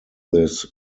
this